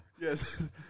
Yes